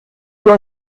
wir